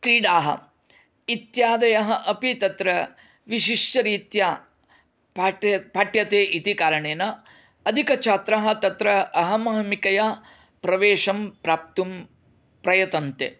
क्रीडाः इत्यादयः अपि तत्र विशिष्यरीत्या पाठ्य पाठ्यते इति कारणेन अधिकछात्राः तत्र अहमहमिकया प्रवेशं प्राप्तुं प्रयतन्ते